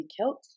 Kilt